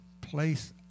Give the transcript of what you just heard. place